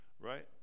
Right